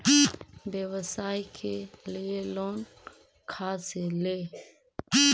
व्यवसाय के लिये लोन खा से ले?